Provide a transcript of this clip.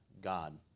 God